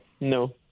no